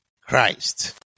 Christ